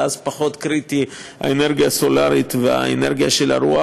ואז פחות קריטיות האנרגיה הסולרית והאנרגיה של הרוח,